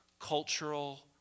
cultural